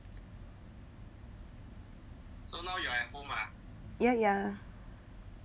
ya ya